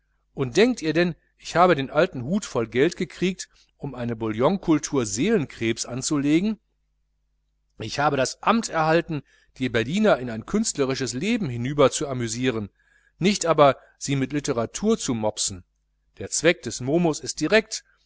und denkt ihr denn ich habe den alten hut voll geld gekriegt um eine bouillonkultur seelenkrebs anzulegen ich habe das amt erhalten die berliner in ein künstlerisches leben hinüber zu amüsieren nicht aber sie mit literatur zu mopsen der zweck des momus ist direkt